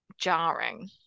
jarring